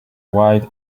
wide